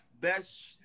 best